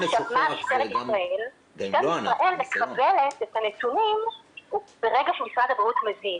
משטרת ישראל מקבלת את הנתונים ברגע שמשרד הבריאות מזין.